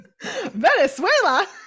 Venezuela